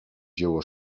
dzieło